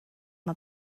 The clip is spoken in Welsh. mae